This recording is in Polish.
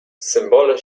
symbole